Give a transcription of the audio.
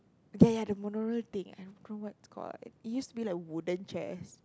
ya ya the monorail thing I don't know what's it called it used to be like wooden chairs